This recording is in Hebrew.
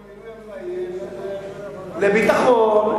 לביטחון,